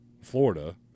Florida